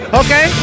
okay